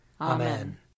Amen